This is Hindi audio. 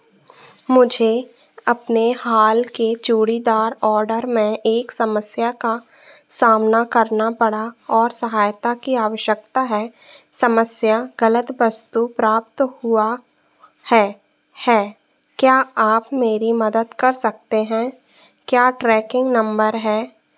मुझे अपने हाल के चूड़ीदार ऑर्डर में एक समस्या का सामना करना पड़ा और सहायता की आवश्यकता है समस्या गलत वस्तु प्राप्त हुआ है है क्या आप मेरी मदद कर सकते हैं क्या ट्रैकिंग नंबर है